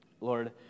Lord